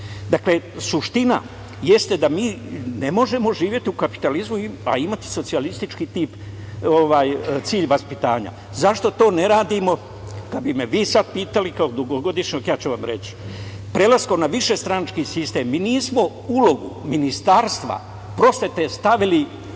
suština jeste da mi ne možemo živeti u kapitalizmu, a imati socijalistički cilj vaspitanja. Zašto to ne radimo, kada bi me vi sad pitali kao dugogodišnjeg… ja ću vam reći da prelaskom na višestranački sistem mi nismo ulogu Ministarstva prosvete stavili